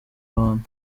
abantu